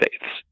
faiths